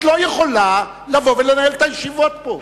את לא יכולה לבוא ולנהל את הישיבות פה.